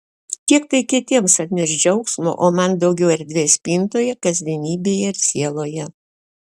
kiek tai kitiems atneš džiaugsmo o man daugiau erdvės spintoje kasdienybėje ir sieloje